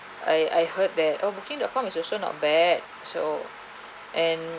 I I heard that oh booking dot com is also not bad so and